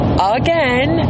again